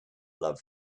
love